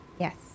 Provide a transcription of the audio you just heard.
Yes